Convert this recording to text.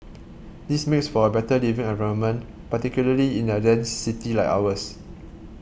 this makes for a better living environment particularly in a dense city like ours